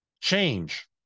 Change